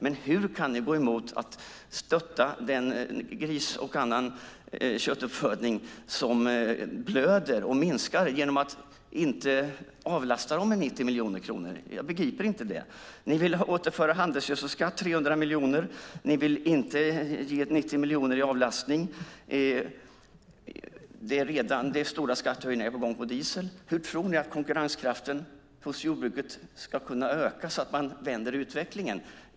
Men hur kan ni gå emot att man stöttar gris och annan köttuppfödning som blöder och minskar genom att man inte avlastar dem med 90 miljoner kronor? Jag begriper inte det. Ni vill återinföra handelsgödselskatt med 300 miljoner. Ni vill inte ge 90 miljoner i avlastning. Stora skattehöjningar på diesel är redan på gång. Hur tror ni att konkurrenskraften hos jordbruket ska kunna öka så att man vänder utvecklingen?